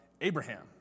Abraham